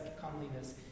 comeliness